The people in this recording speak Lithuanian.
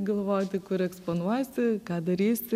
galvoti kur eksponuosi ką darysi